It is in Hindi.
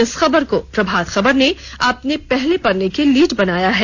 इस खबर को प्रभात खबर ने अपने पहले पन्ने की लीड बनायी है